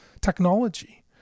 technology